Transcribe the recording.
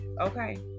okay